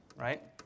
right